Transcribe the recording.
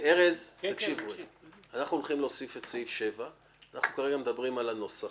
7. כרגע אנחנו מדברים על הנוסח.